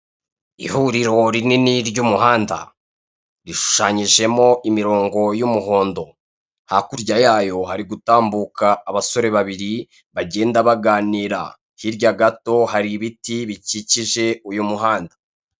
Ihuriri rinini ry'umuhanda, rishushanyijemo imirongo y'umuhondo, hakurya yayo hari gutambuka abasore babiri bagenda baganira, hirya gato hari ibiti bikikije uyu muhanda.